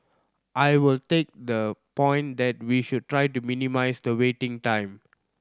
I will take the point that we should try to minimise the waiting time